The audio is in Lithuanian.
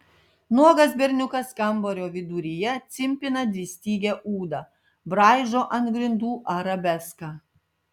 nuogas berniukas kambario viduryje cimpina dvistygę ūdą braižo ant grindų arabeską